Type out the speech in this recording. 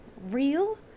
real